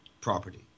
property